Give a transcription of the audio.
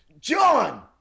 John